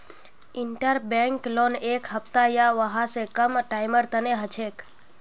interbank loan एक हफ्ता या वहा स कम टाइमेर तने हछेक